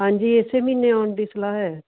ਹਾਂਜੀ ਇਸੇ ਮਹੀਨੇ ਆਉਣ ਦੀ ਸਲਾਹ ਹੈ